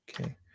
okay